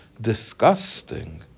disgusting